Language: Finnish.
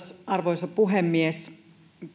arvoisa puhemies